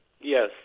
Yes